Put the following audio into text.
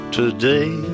today